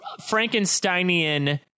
Frankensteinian